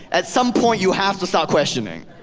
at some point, you have to start questioning.